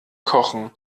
kochen